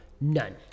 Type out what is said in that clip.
none